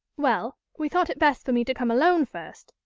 well, we thought it best for me to come alone, first,